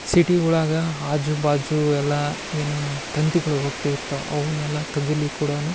ಸಿಟಿಗಳಾಗ ಆಜು ಬಾಜು ಎಲ್ಲ ಏನು ತಂತಿಗಳು ಹೋಗ್ತಿರ್ತಾವೆ ಅವನ್ನೆಲ್ಲ ತಗುಲಿ ಕೂಡ